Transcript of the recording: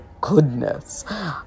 goodness